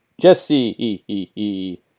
Jesse